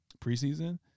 preseason